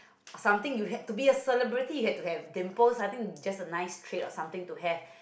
something you had to be a celebrity you had to have dimples just a nice trait or something to have